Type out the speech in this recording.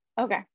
Okay